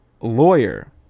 lawyer